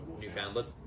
Newfoundland